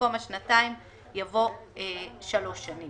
ובמקום השנתיים יבוא: שלוש שנים.